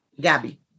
Gabby